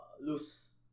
lose